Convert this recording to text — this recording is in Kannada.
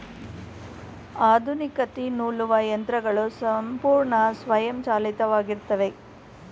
ಆಧುನಿಕ ತ್ತಿ ನೂಲುವ ಯಂತ್ರಗಳು ಸಂಪೂರ್ಣ ಸ್ವಯಂಚಾಲಿತವಾಗಿತ್ತವೆ